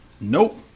Nope